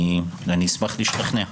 אני אשמח להשתכנע.